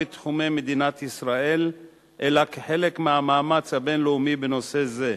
בתחומי מדינת ישראל אלא כחלק מהמאמץ הבין-לאומי בנושא זה.